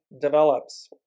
develops